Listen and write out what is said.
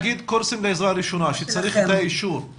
קורסים בעזרה ראשונה, שצריך את האישור.